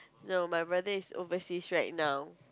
no my brother is overseas right now